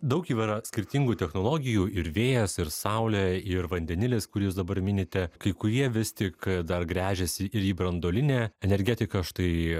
daug jau yra įvairių skirtingų technologijų ir vėjas ir saulė ir vandenilis kurį jūs dabar minite kai kurie vis tik dar gręžiasi ir į branduolinę energetiką štai